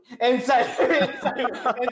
inside